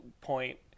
point